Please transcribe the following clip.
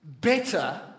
better